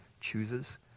chooses